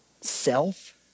self